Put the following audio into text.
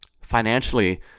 Financially